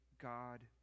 God